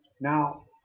now